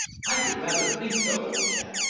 i should rather think so, old chap.